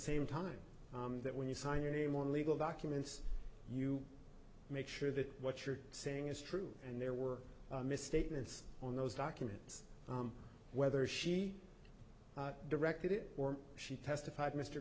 same time that when you sign your name on legal documents you make sure that what you're saying is true and there were misstatements on those documents whether she directed it or she testified mr